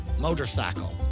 Motorcycle